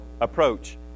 Approach